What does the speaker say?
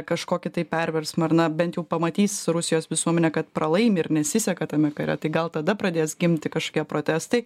kažkokį tai perversmą ir na bent jau pamatys rusijos visuomenė kad pralaimi ir nesiseka tame kare tai gal tada pradės gimti kažkokie protestai